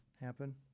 happen